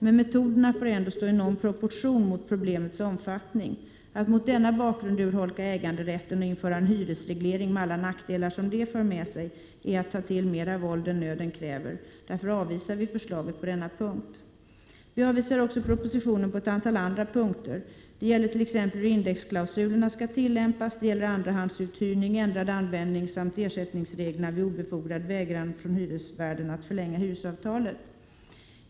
Men metoderna får ändå stå i någon proportion till problemets omfattning. Att mot denna bakgrund urholka äganderätten och införa en hyresreglering med alla nackdelar som det för med sig är att ta till mera våld än nöden kräver. Därför avvisar vi förslaget på denna punkt. Vi avvisar också propositionen på ett antal andra punkter. Det gäller t.ex. hur indexklausulerna skall tillämpas, det gäller andrahandsuthyrning, ändrad användning samt ersättningsreglerna vid obefogad vägran från hyresvär den att förlänga hyresavtalet.